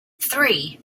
three